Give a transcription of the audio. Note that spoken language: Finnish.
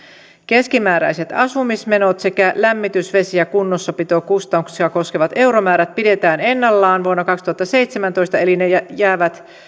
keskimääräiset asumismenot sekä lämmitys vesi ja kunnossapitokustannuksia koskevat euromäärät pidetään ennallaan vuonna kaksituhattaseitsemäntoista eli ne jäävät